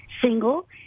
single